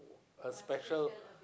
a special